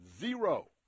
zero